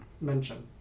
mention